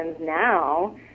now